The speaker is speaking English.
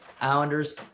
Islanders